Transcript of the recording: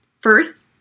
First